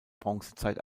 bronzezeit